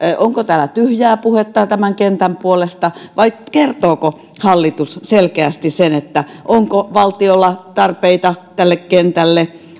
onko täällä tyhjää puhetta tämän kentän puolesta vai kertooko hallitus selkeästi sen onko valtiolla tarpeita tälle kentälle